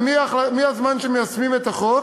שמהזמן שמיישמים את החוק,